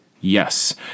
Yes